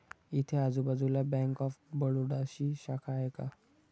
इथे आजूबाजूला bank of बडोदाची शाखा आहे का?